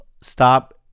stop